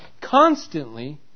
constantly